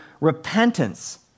repentance